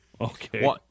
Okay